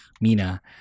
Mina